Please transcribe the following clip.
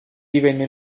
divenne